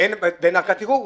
ערכת ערעור.